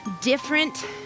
different